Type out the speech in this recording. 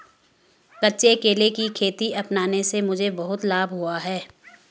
कच्चे केले की खेती अपनाने से मुझे बहुत लाभ हुआ है